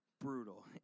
brutal